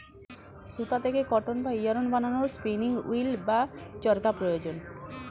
সুতা থেকে কটন বা ইয়ারন্ বানানোর স্পিনিং উঈল্ বা চরকা প্রয়োজন